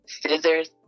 scissors